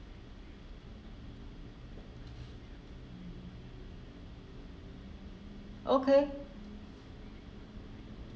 okay